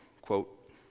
quote